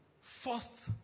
first